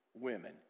women